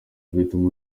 guhitamo